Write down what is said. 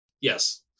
Yes